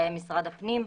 בהם משרד הפנים,